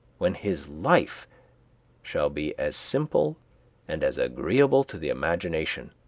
when his life shall be as simple and as agreeable to the imagination,